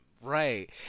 Right